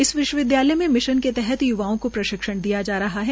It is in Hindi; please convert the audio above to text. इस विश्वविद्यालय में मिशन के तहत य्वाओं को प्रशिक्षण दिया जा रहा है